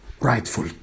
rightful